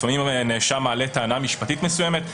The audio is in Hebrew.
לפעמים נאשם מעלה טענה משפטית מסוימת,